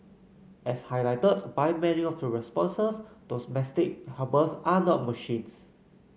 as highlighted by many of the responses domestic helpers are not machines